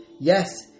yes